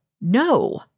no